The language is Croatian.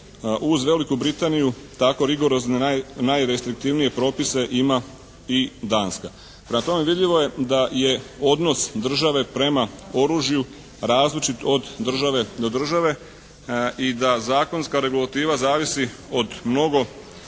Uz Veliku Britaniju tako rigorozne najrestriktivnije propise ima i Danska. Prema tome, vidljivo je da je odnos države prema oružju različit od države do države i da zakonska regulativa zavisi od mnogo